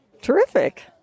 Terrific